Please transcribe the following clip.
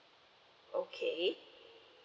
okay